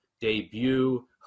debut